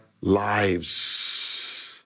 lives